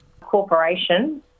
corporation